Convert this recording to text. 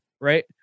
right